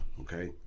okay